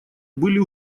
были